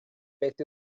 beth